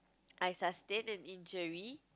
I sustained an injury